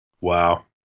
Wow